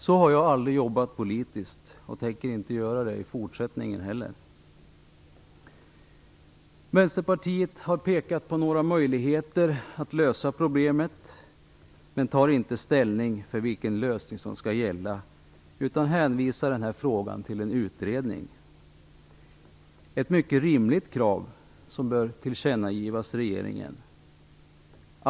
Så har jag aldrig jobbat politiskt, och jag tänker inte göra det i fortsättningen heller. Vänsterpartiet har pekat på några möjligheter att lösa problemet, men tar inte ställning för vilken lösning som skall gälla. Vi hänvisar den frågan till en utredning. Det är ett mycket rimligt krav som bör ges regeringen till känna.